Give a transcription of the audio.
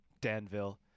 Danville